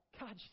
God